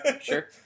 Sure